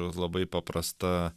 labai paprasta